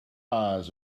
eyes